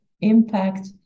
impact